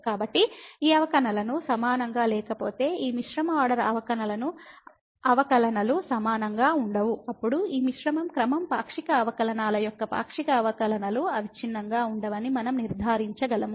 కాబట్టి ఈ అవకలనలు సమానంగా లేకపోతే ఈ మిశ్రమ ఆర్డర్ అవకలనలు సమానంగా ఉండవు అప్పుడు ఈ మిశ్రమ క్రమం పాక్షిక అవకలనాల యొక్క పాక్షిక అవకలనలు అవిచ్ఛిన్నంగా ఉండవని మనం నిర్ధారించగలము